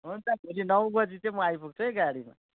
हुन्छ भोलि नौ बजी चाहिँ म आइपुग्छु है गाडीमा